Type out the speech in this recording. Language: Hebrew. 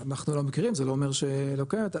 אנחנו לא מכירים זה לא אומר שלא קיימת,